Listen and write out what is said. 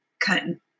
cutting